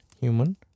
human